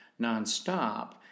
nonstop